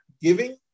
giving